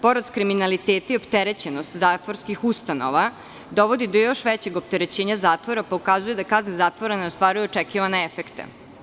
Porast kriminaliteta i opterećenost zatvorskih ustanova dovodi do još većeg opterećenja zatvora, pokazuje da kazne zatvora ne ostvaruju očekivane efekte.